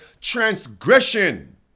Transgression